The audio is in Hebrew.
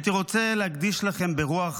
הייתי רוצה להקדיש לכם ברוח